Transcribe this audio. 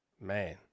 man